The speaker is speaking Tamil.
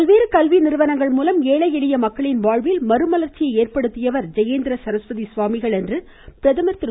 பல்வேறு கல்வி நிறுவனங்கள் மூலம் ஏழை எளிய மக்களின் வாழ்வில் மறுமலர்ச்சி ஏற்படுத்தியவர் ஜெயேந்திர சரஸ்வதி சுவாமிகள் என்று பிரதமர் திரு